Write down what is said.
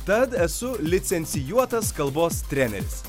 tad esu licencijuotas kalbos treneris